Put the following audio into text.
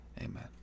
Amen